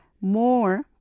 more